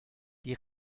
die